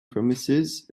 promises